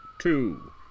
two